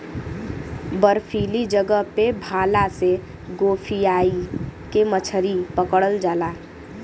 बर्फीली जगह पे भाला से गोभीयाई के मछरी पकड़ल जाला